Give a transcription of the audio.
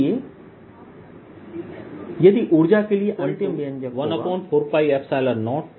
इसलिए यदि ऊर्जा के लिए अंतिम व्यंजक होगा E14π012∬dVdVrρr